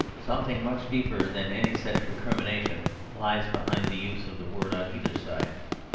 something much deeper than any such recrimination lies behind the use of the word on either side.